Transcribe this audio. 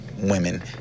women